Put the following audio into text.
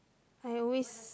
I always